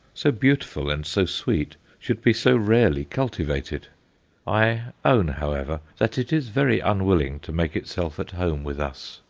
so beautiful, and so sweet should be so rarely cultivated i own, however, that it is very unwilling to make itself at home with us.